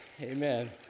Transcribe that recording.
Amen